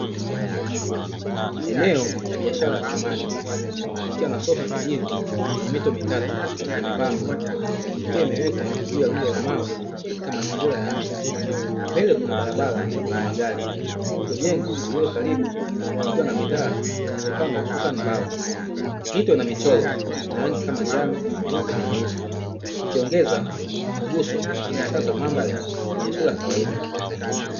Eneo la biashara ya samani likiwa na sofa ya kijivu lenye mito mitatu ya mapambo, ikiwa imewekwa juu ya rundo la mawe katika mazingira ya nje, mbele kuna barabara yenye magari, huku jengo lililo karibu likiwa na bidhaa zilizopangwa hususani mbao, mito ina michoro ina rangi kama njano, nyeupe na nyeusi zikiongeza mguso wa kisasa mandhari yenye sura ya kawaida.